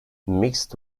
mixed